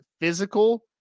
physical